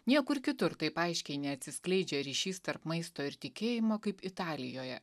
niekur kitur taip aiškiai neatsiskleidžia ryšys tarp maisto ir tikėjimo kaip italijoje